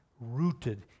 rooted